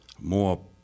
more